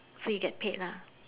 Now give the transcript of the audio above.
so you get paid lah